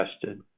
tested